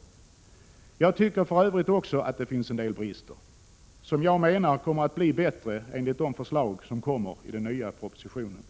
Också jag tycker för övrigt att det finns en del brister, men jag menar att förhållandena kommer att bli bättre enligt de förslag som kommer i den nya propositionen.